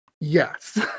yes